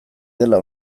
dela